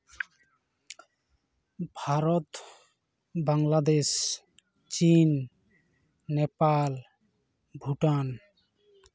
ᱵᱷᱟᱨᱚᱛ ᱵᱟᱝᱞᱟᱫᱮᱥ ᱪᱤᱱ ᱱᱮᱯᱟᱞ ᱵᱷᱩᱴᱟᱱ